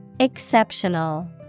Exceptional